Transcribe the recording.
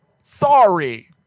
sorry